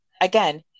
again